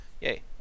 Yay